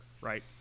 right